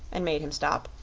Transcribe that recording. and made him stop,